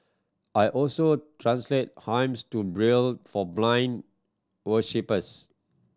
I also translate hymns to Braille for blind worshippers